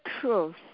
truth